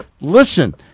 Listen